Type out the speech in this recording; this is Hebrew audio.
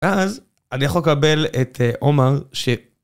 אז אני יכול לקבל את עומר ש...